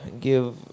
give